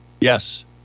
Yes